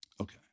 Okay